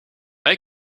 wij